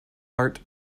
art